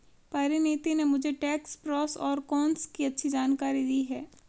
परिनीति ने मुझे tax pros और कोन्स की अच्छी जानकारी दी है